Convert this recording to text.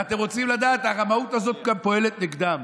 ואתם רוצים לדעת, הרמאות הזאת פועלת גם נגדם.